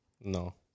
No